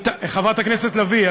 חברת הכנסת לביא?